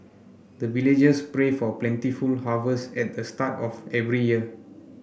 the villagers pray for plentiful harvest at the start of every year